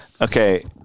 Okay